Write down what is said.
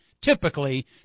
typically